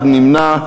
אחד נמנע.